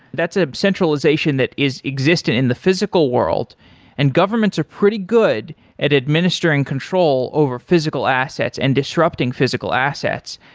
that's a centralization that is existent in the physical world and governments are pretty good at administering control over physical assets and disrupting physical assets.